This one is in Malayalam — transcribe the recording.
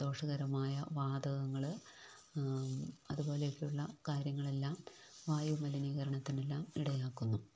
ദോഷകരമായ വാതകങ്ങൾ അതുപോലെയൊക്കെയുള്ള കാര്യങ്ങളെല്ലാം വായുമലിനീകരണത്തിനെല്ലാം ഇടയാക്കുന്നു